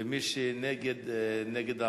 מי שנגד, נגד העברה,